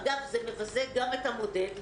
אגב זה מבזה גם את המודד,